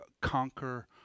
conquer